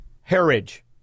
Heritage